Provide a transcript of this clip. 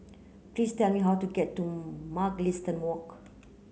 please tell me how to get to Mugliston Walk